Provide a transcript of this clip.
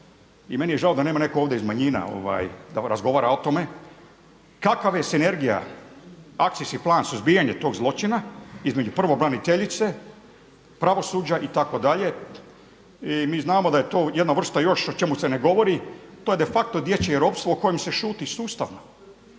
i meni je žao da nema niko ovdje iz manjina da razgovara o tome. Kakva je sinergija, akcijski plan suzbijanja tog zločina između pravobraniteljice, pravosuđa itd.? Mi znamo da je to jedna vrsta još o čemu se ne govori, to je de facto dječje ropstvo o kojem se šuti sustavno.